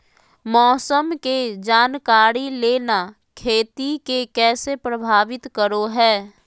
मौसम के जानकारी लेना खेती के कैसे प्रभावित करो है?